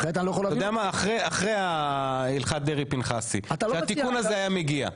אחרי הלכת דרעי פנחסי, התיקון הזה היה מגיע.